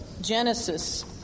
Genesis